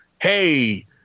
hey